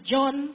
John